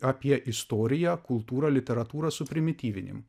apie istoriją kultūrą literatūrą suprimityvinimu